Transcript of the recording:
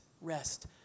rest